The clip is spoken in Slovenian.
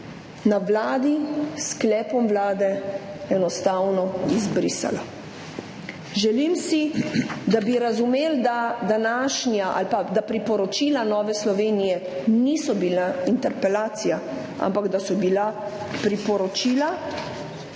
na Vladi s sklepom Vlade enostavno izbrisala. Želim si, da bi razumeli, da priporočila Nove Slovenije niso bila interpelacija, ampak da so bila priporočila,